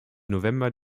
november